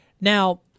Now